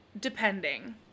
depending